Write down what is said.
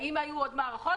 האם היו עוד מערכות.